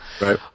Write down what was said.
Right